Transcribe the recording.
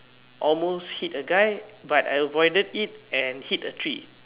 almost hit a guy but I avoided it and hit a tree